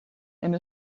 and